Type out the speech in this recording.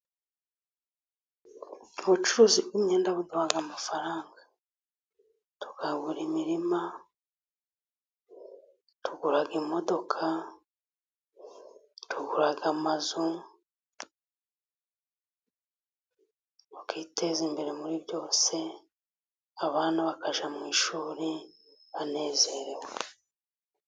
Ubucuruzi bw' imyenda buduha amafaranga tukagura imirima, tukagura imodoka, tukiteza imbere muri byose, abana bakajya mu ishuri banezerewe.